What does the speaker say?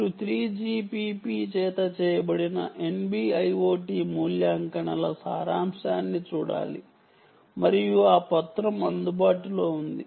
మీరు 3GPP చేత చేయబడిన NB IoT మూల్యాంకనాల సారాంశాన్ని చూడాలి మరియు ఆ పత్రం అందుబాటులో ఉంది